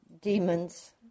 demon's